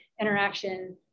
interaction